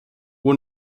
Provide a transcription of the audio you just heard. who